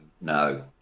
No